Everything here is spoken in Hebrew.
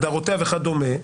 הגדרותיה וכדומה,